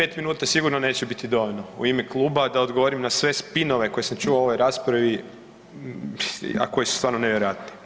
Meni 5 minuta sigurno neće biti dovoljno u ime kluba da odgovorim na sve spinove koje sam čuo u ovoj raspravi a koji su stvarno nevjerojatni.